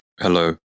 Hello